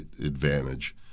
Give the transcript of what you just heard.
advantage